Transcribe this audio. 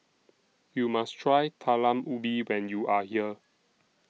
YOU must Try Talam Ubi when YOU Are here